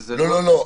לא.